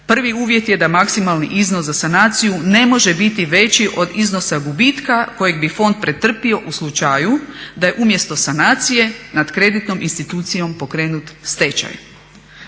prvi uvjet je da maksimalni iznos za sanaciju ne može biti veći od iznosa gubitka kojeg bi fond pretrpio u slučaju da je umjesto sanacije nad kreditnom institucijom pokrenut stečaj.